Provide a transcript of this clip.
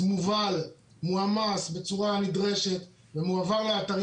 שהעץ מובל, מועמס בצורה הנדרשת ומועבר לאתרים.